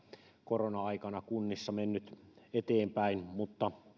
korona aikana kunnissa mennyt eteenpäin mutta